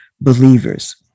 believers